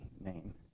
name